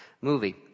movie